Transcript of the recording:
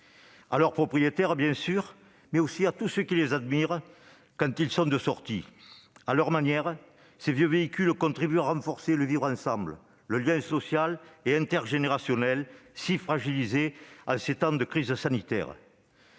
à leurs propriétaires, mais aussi à tous ceux qui les admirent quand ils sont de sortie. À leur manière, ces vieux véhicules contribuent à renforcer le « vivre ensemble », le lien social et intergénérationnel si fragilisé en ces temps de crise sanitaire.